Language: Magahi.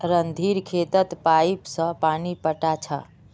रणधीर खेतत पाईप स पानी पैटा छ